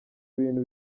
bintu